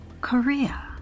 Korea